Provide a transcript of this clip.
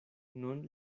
nun